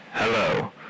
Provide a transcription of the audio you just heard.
Hello